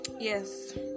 Yes